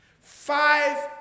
Five